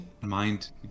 Mind